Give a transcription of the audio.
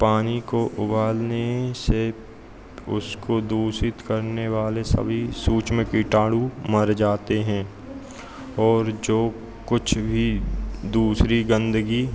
पानी को उबालने से उसको दूषित करने वाले सभी सूक्ष्म कीटाणु मर जाते हैं और जो कुछ भी दूसरी गन्दगी